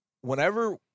whenever